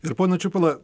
ir pone čiupala